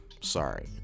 Sorry